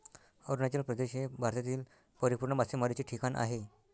अरुणाचल प्रदेश हे भारतातील परिपूर्ण मासेमारीचे ठिकाण आहे